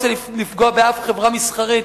ואני לא רוצה לפגוע באף חברה מסחרית,